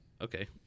okay